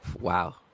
wow